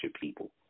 people